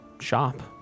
shop